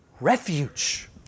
refuge